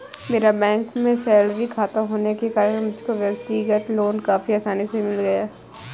मेरा बैंक में सैलरी खाता होने के कारण मुझको व्यक्तिगत लोन काफी आसानी से मिल गया